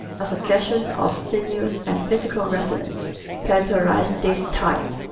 a suggestion of sinews and physical resilience characterizes this type.